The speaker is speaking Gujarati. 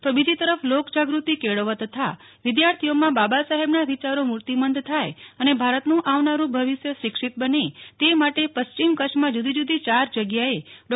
તો બીજી તરફ લોક જાગૃતિ કેળવવા તથા વિદ્યાર્થીઓમાં બાબા સાહેબના વીચારો મૂર્તિમંત થાય અને ભારતનું આવનારું ભવિષ્ય શિક્ષીત બને તે માટે પશ્ચીમ કચ્છમાં જુદી જુદી ચાર જગ્યાએ ડો